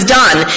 done